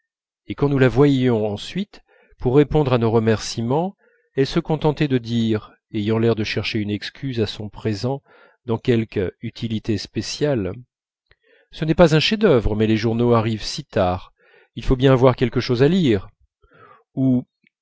et quand nous la voyions ensuite pour répondre à nos remerciements elle se contentait de dire ayant l'air de chercher une excuse à son présent dans quelque utilité spéciale ce n'est pas un chef-d'œuvre mais les journaux arrivent si tard il faut bien avoir quelque chose à lire ou